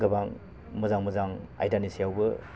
गोबां मोजां मोजां आयदानि सायावबो